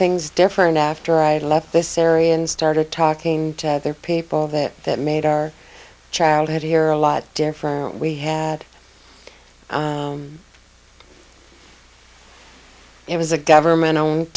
things different after i left this area and started talking to other people that that made our childhood here a lot different we had it was a government owned